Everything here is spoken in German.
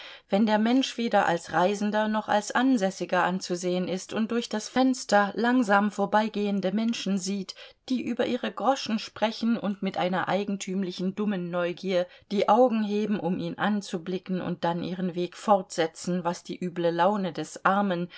wenn der mensch weder als reisender noch als ansässiger anzusehen ist und durch das fenster langsam vorbeigehende menschen sieht die über ihre groschen sprechen und mit einer eigentümlichen dummen neugier die augen heben um ihn anzublicken und dann ihren weg fortzusetzen was die üble laune des armen